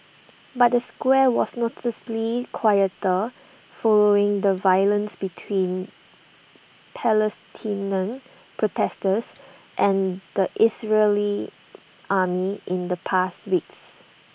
but the square was noticeably quieter following the violence between Palestinian protesters and the Israeli army in the past weeks